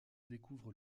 découvre